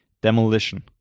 Demolition